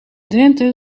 drenthe